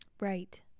right